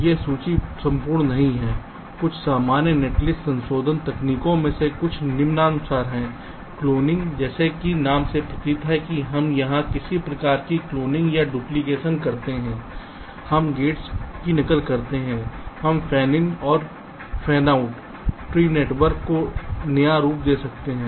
यह सूची संपूर्ण नहीं है कुछ सामान्य नेटलिस्ट संशोधन तकनीकों में से कुछ निम्नानुसार हैं क्लोनिंग जैसा कि नाम से प्रतीत होता है कि हम यहां किसी प्रकार की क्लोनिंग या डुप्लीकेशन करते हैं हम गेट्स की नकल करते हैं हम फैनिन या फैनआउट ट्री नेटवर्क को नया स्वरूप दे सकते हैं